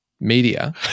media